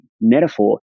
metaphor